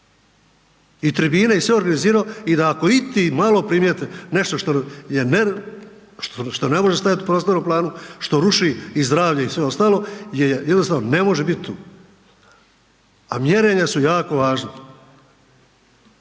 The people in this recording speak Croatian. i tribine i sve organizirao i da ako iti malo primijete nešto što je, što ne može stajati u prostornom planu, što ruši i zdravlje i sve ostalo, je jednostavno ne može bit tu, a mjerenja su jako važna.